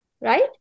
right